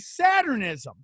Saturnism